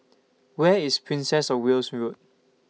Where IS Princess of Wales Road